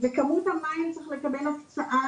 צריך לקבל הקצאה